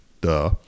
duh